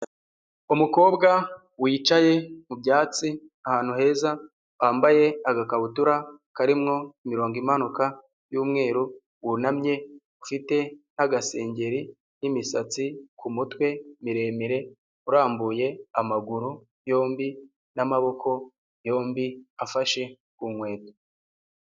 Umukobwa wicaye mu byatsi, ahantu heza. Wambaye agakabutura karimo imirongo imanuka y'umweru, wunamye ufite n'agasengeri n'imisatsi ku umutwe miremire. Urambuye amaguru yombi n'amaboko yombi afashe ku nkweto.